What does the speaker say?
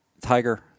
Tiger